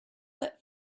that